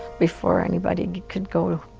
before anybody could go,